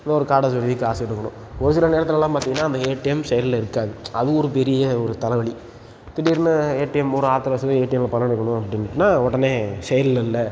ஒ ஒரு கார்டை சொருகி காசு எடுக்கணும் ஒரு சில நேரத்துலலாம் பார்த்தீங்கன்னா அந்த ஏடிஎம் செயலில் இருக்காது அது ஒரு பெரிய ஒரு தலைவலி திடீர்னு ஏடிஎம் ஒரு ஆத்திர அவசரத்துக்கு ஏடிஎம்மில் பணம் எடுக்கணும் அப்படின்ட்டுனா உடனே செயலில் இல்லை